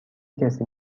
کسی